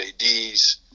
ADs